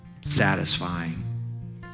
satisfying